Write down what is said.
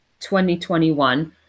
2021